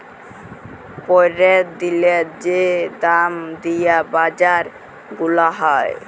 প্যরের দিলের যে দাম দিয়া বাজার গুলা হ্যয়